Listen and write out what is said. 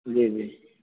جی جی